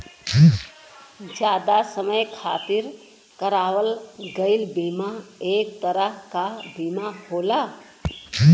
जादा समय खातिर करावल गयल बीमा एक तरह क बीमा होला